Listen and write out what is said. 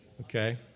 Okay